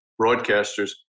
broadcasters